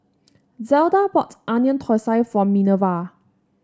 Zelda bought Onion Thosai for Minerva